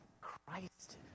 Christ